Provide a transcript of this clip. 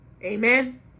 Amen